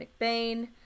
McBain